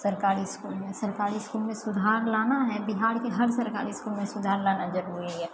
सरकारी इसकुल सरकारी इसकुलमे सुधार लाना है बिहारके हर सरकारी इसकुलमे सुधार लाना जरूरी है